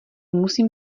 musím